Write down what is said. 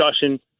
discussion